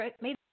made